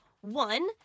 One